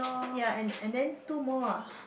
ya and and then two more ah